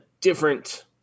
different